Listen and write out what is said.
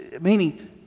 Meaning